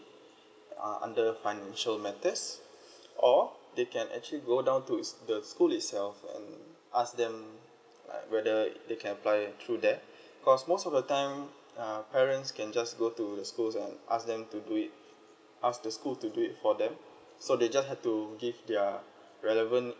are under financial matters or they can actually go down to s~ the school itself and ask them like whether they can apply through there cause most of the time uh parents can just go to the school and ask them to do it ask the school to do it for them so they just have to give their relevant